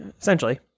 Essentially